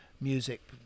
music